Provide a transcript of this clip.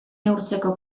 neurtzeko